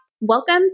Welcome